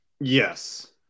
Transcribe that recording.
Yes